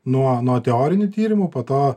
nuo nuo teorinių tyrimų po to